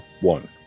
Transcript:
one